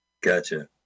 Gotcha